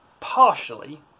Partially